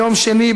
ביום שני,